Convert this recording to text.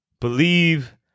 Believe